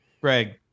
Greg